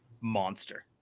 monster